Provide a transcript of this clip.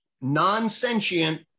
non-sentient